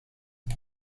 know